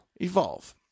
Evolve